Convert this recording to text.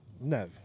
No